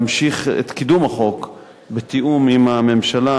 להמשיך את קידום החוק בתיאום עם הממשלה,